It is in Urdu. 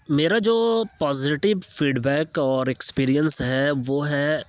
میرا جو پازیٹیو فیڈ بیک اور ایکسپرینس ہے وہ ہے